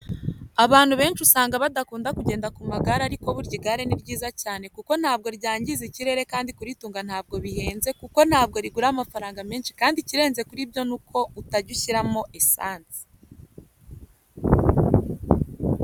Abantu benshi usanga badakunda kugenda ku magare ariko burya igare ni ryiza cyane kuko ntabwo ryangiza ikirere kandi kuritunga ntabwo bihenze kuko ntabwo rigura amafaranga menshi kandi ikirenze kuri ibyo ni uko iyo utajya ushyiramo esanse.